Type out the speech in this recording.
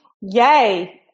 Yay